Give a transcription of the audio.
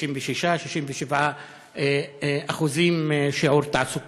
66% 67%. ככל שהרמה